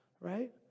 right